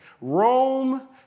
Rome